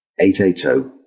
880